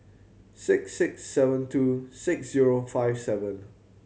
six six seven two six zero five seven